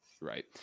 right